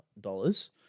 dollars